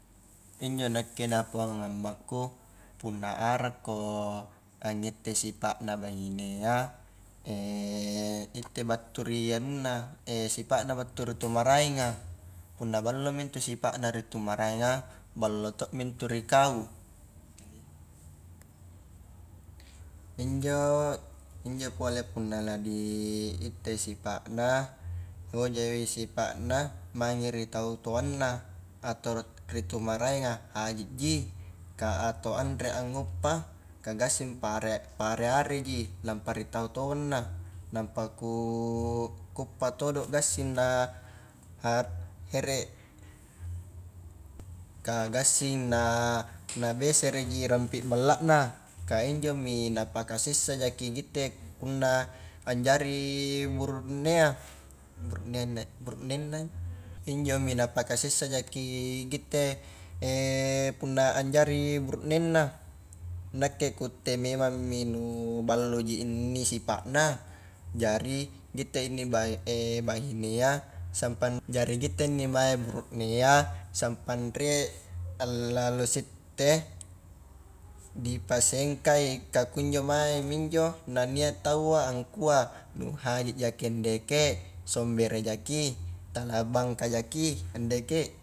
Injo nakke napauanga ammakku, punna arrakko angittei sipa na bainea, ittei battu ri anunna sipa na battu ri tau maraenga, punna ballomi intu sipa na ri tau maraenga, ballo to mi intu ri kau, injo-injo pole punna la di ittei sipa na, hojai sipa na mange ri tau toangna, atau ri tau maraenga hajiji, ka atau anre anguppa ka gassing pa-pare-areji, lampa ri tau toanna, nampa ku uppa todo gassing na ha here ka gasing na besereji rampi ballana, ka injomi napakasessa jaki kitte punna anjari buruknea, buruknenna-buruknenna, injomi napakasessa jaki kitte punna anjari burunenna, nakke kutte memangmi nu balloji inni sipa na, jari gitte inni bah bahinea, sampang jari kitte inni mae buruknea, sampang rie allalo sitte, dipasengkai, ka kunjo mae minjo na nia taua angkua nu haji ja ke ndeke, sombere jaki, tala bangka jaki andeke.